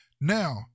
now